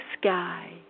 sky